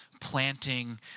planting